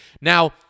Now